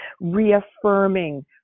reaffirming